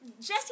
Jesse